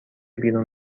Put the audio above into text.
بیرون